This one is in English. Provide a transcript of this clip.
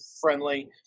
friendly